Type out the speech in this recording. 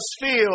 feel